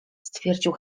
stwierdził